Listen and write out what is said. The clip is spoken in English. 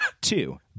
Two